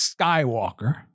Skywalker